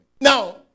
Now